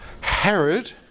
Herod